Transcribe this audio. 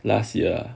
last year